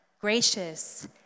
gracious